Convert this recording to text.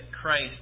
Christ